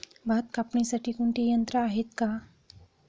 भात कापणीसाठी कोणते यंत्र आहेत का?